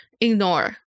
ignore